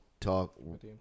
talk